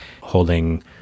holding